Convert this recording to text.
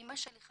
אמא של 11